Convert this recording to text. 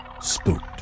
Spooked